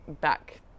back